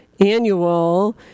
Annual